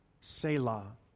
Selah